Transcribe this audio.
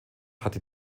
hatte